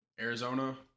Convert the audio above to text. Arizona